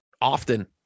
often